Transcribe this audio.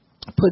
put